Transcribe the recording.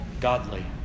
godly